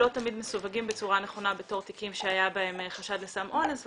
לא תמיד מסווגים בצורה נכונה בתור תיקים שהיה בהם חדש לסם אונס.